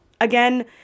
Again